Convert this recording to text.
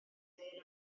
neu